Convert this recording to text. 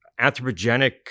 anthropogenic